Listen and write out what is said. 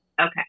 Okay